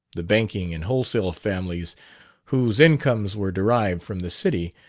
the banking and wholesale families whose incomes were derived from the city,